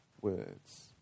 words